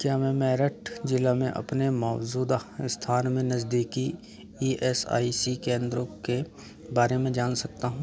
क्या मैं मेरठ ज़िले में अपने मौजूदा स्थान में नज़दीकी ई एस आई सी केंद्रों के बारे में जान सकता हूँ